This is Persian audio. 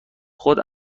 خود